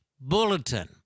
bulletin